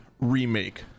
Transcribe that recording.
Remake